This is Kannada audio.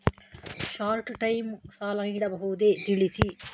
ಶಾರ್ಟ್ ಟೈಮ್ ಸಾಲ ನೀಡಬಹುದೇ ತಿಳಿಸಿ?